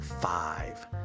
five